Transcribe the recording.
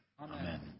Amen